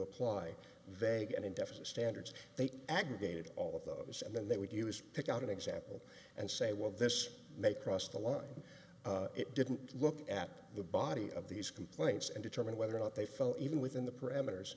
apply vague and indefinite standards they aggregated all of those and then they would pick out an example and say well this may cross the line it didn't look at the body of these complaints and determine whether or not they fell even within the parameters